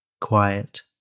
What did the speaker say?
quiet